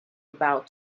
about